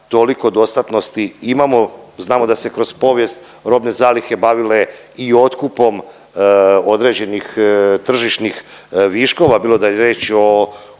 toliko dostatnosti imamo, znamo da se kroz povijest robne zalihe bavile i otkupom određenih tržišnih viškova,